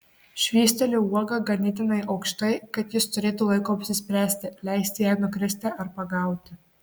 švysteliu uogą ganėtinai aukštai kad jis turėtų laiko apsispręsti leisti jai nukristi ar pagauti